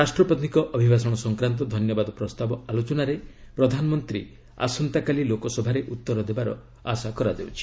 ରାଷ୍ଟ୍ରପତିଙ୍କ ଅଭିଭାଷଣ ସଂକ୍ରାନ୍ତ ଧନ୍ୟବାଦ ପ୍ରସ୍ତାବ ଆଲୋଚନାରେ ପ୍ରଧାନମନ୍ତ୍ରୀ ଆସନ୍ତାକାଲି ଲୋକସଭାରେ ଉତ୍ତର ଦେବାର ଆଶା କରାଯାଉଛି